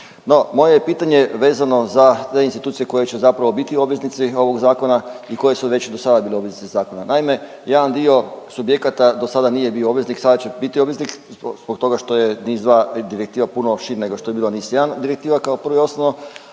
je pitanje vezano za te institucije koje će zapravo biti obveznici ovog zakona i koji su već do sada bili obveznici zakona. Naime, jedan dio subjekata do sada nije bio obveznik, sada će biti obveznik zbog toga što je NIS 2 direktiva puno šira nego što je bila NIS 1 kao prvo i osnovno,